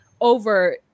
over